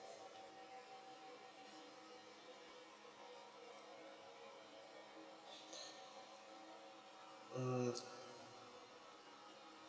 mm